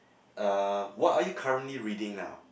uh what are you currently reading now